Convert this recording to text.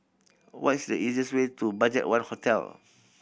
what is the easiest way to BudgetOne Hotel